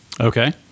Okay